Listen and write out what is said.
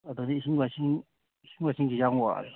ꯑꯗꯒꯤ ꯏꯁꯤꯡ ꯃꯥꯏꯁꯤꯡ ꯏꯁꯤꯡ ꯃꯥꯏꯁꯤꯡꯁꯦ ꯌꯥꯝ ꯋꯥꯔꯦ